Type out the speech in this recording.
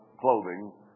clothing